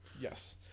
Yes